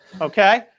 Okay